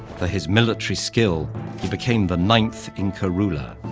for his military skill, he became the ninth inca ruler,